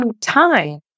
time